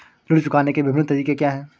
ऋण चुकाने के विभिन्न तरीके क्या हैं?